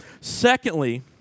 Secondly